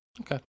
okay